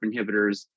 inhibitors